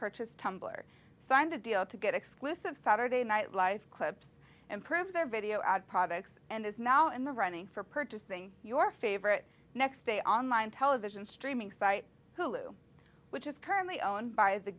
purchased tumblr signed a deal to get exclusive saturday night life clips improve their video ad products and is now in the running for purchasing your favorite next day online television streaming site hulu which is currently owned by the